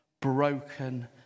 broken